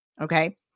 okay